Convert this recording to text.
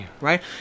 right